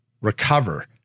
recover